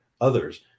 Others